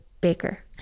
Baker